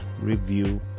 review